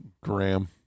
Graham